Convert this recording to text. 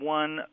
one